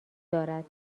دارد